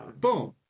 boom